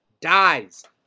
dies